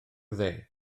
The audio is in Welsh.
dde